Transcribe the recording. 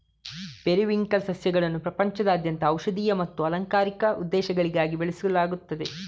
periwinkle ಸಸ್ಯಗಳನ್ನು ಪ್ರಪಂಚದಾದ್ಯಂತ ಔಷಧೀಯ ಮತ್ತು ಅಲಂಕಾರಿಕ ಉದ್ದೇಶಗಳಿಗಾಗಿ ಬೆಳೆಸಲಾಗುತ್ತದೆ